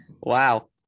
Wow